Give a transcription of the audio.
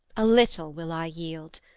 a little will i yield.